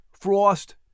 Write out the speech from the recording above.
Frost